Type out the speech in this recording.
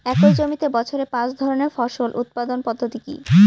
একই জমিতে বছরে পাঁচ ধরনের ফসল উৎপাদন পদ্ধতি কী?